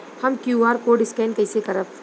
हम QR code scan कइसे करब?